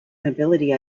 mobility